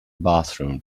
bathroom